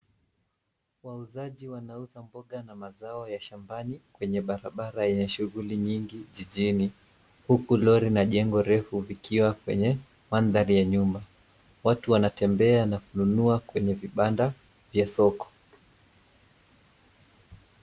Wauzaji wanauza mboga na mazao ya shambani kwenye barabara yenye shuguli nyingi jijini huku lori na jengo refu vikiwa kwenye mandhari ya nyuma. Watu wanatembea na kununua kwenye vibanda vya soko.